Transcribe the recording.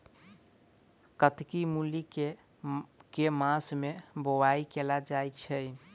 कत्की मूली केँ के मास मे बोवाई कैल जाएँ छैय?